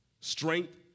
strength